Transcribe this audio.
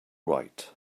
right